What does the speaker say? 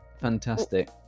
Fantastic